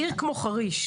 עיר כמו חריש,